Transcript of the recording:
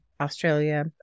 Australia